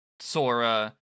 Sora